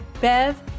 Bev